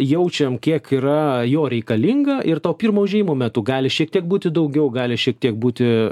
jaučiam kiek yra jo reikalinga ir to pirmo užėjimo metu gali šiek tiek būti daugiau gali šiek tiek būti